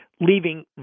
Leaving